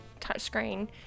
touchscreen